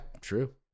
True